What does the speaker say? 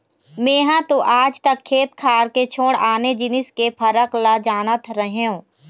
मेंहा तो आज तक खेत खार के छोड़ आने जिनिस के फरक ल जानत रहेंव